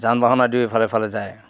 যান বাহন আদিও ইফালে সিফালে যায়